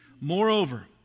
Moreover